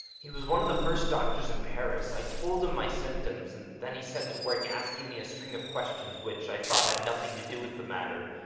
he was one of the first doctors in paris. i told him my symptoms and then he set to work asking me a string of questions which i thought had nothing to do with the matter.